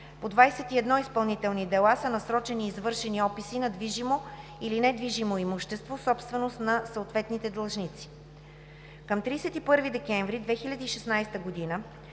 По 21 изпълнителни дела са насрочени и извършени описи на движимо или недвижимо имущество, собственост на съответните длъжници. Към 31 декември 2016 г.